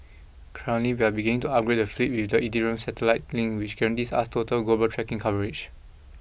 currently we are beginning to upgrade the fleet with the iridium satellite link which guarantees us total global tracking coverage